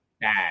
bad